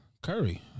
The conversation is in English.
Curry